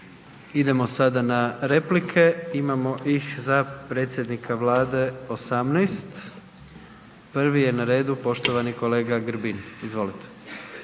Idemo sada na replike, imamo ih za predsjednika Vlade 18, prvi je na redu poštovani kolega Grbin. Izvolite.